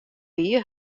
wie